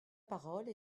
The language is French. parole